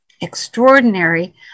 extraordinary